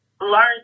learn